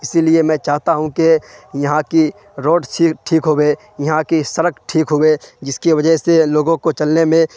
اسی لیے میں چاہتا ہوں کہ یہاں کی روڈ ٹھیک ہووے یہاں کی سڑک ٹھیک ہوے جس کے وجہ سے لوگوں کو چلنے میں